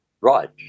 Right